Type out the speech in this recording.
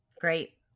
Great